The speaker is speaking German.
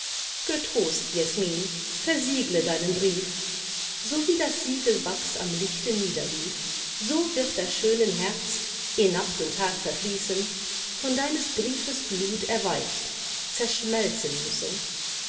jesmin versiegle deinen brief so wie das siegelwachs am lichte niederlief so wird der schönen herz eh nacht und tag verfließen von deines briefes glut erweicht zerschmelzen müssen